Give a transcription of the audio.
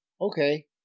Okay